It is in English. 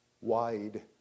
wide